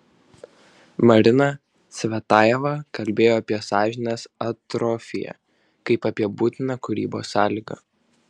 marina cvetajeva kalbėjo apie sąžinės atrofiją kaip apie būtiną kūrybos sąlygą